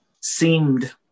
seemed